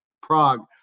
Prague